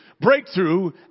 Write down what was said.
Breakthrough